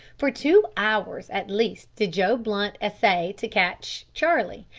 for two hours at least did joe blunt essay to catch charlie,